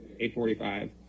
845